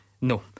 No